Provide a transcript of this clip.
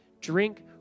drink